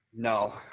No